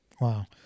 Wow